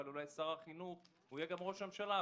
אבל אולי שר החינוך יהיה גם ראש הממשלה,